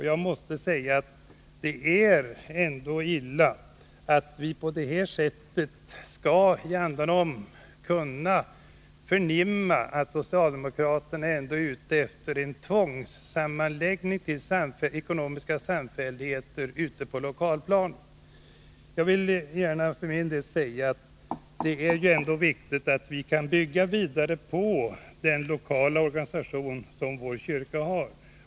Jag måste säga att det är illa att vi på det här sättet i andanom skall kunna förnimma att socialdemokraterna är ute efter en tvångssammanläggning till ekonomiska samfälligheter ute på lokalplanet. Enligt min mening är det ändå viktigt att vi kan bygga vidare på den lokala organisation som vår kyrka har.